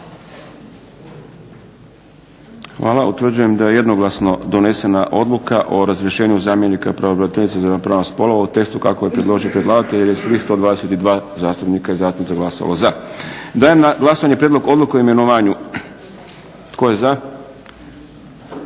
Hvala. Utvrđujem da je jednoglasno donesena odluka o razrješenju zamjenika pravobraniteljice za ravnopravnost spolova u tekstu kako je predložio predlagatelj jer je svih 122 zastupnika i zastupnica glasovalo za. Dajem na glasovanje prijedlog Odluke o imenovanju. Tko je za?